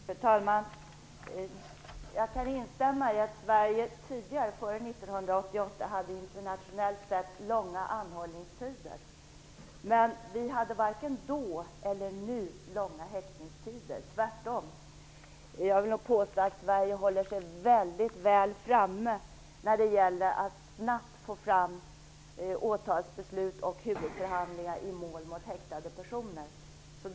Fru talman! Jag kan hålla med om att Sverige, jämfört med hur det är internationellt, före 1988 hade långa anhållningstider. Men varken då eller nu har det varit långa häktningstider som gällt. Tvärtom vill jag nog påstå att Sverige håller sig väldigt väl framme när det gäller att snabbt få fram åtalsbeslut och huvudförhandlingar i mål mot häktade personer.